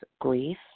grief